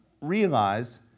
realize